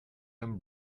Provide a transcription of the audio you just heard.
and